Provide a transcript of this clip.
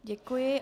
Děkuji.